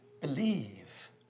believe